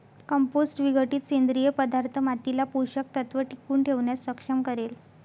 compost विघटित सेंद्रिय पदार्थ मातीला पोषक तत्व टिकवून ठेवण्यास सक्षम करेल